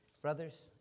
Brothers